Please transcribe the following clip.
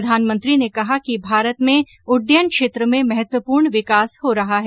प्रधानमंत्री ने कहा कि भारत में उड्डयन क्षेत्र में महत्वपूर्ण विकास हो रहा है